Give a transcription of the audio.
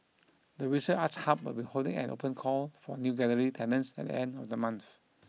the visual arts hub will be holding an open call for new gallery tenants at the end of the month